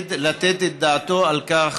ולתת את דעתו על כך